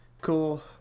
cool